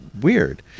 weird